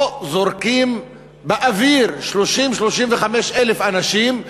פה זורקים באוויר 30,000 35,000 אנשים,